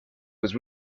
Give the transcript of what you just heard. was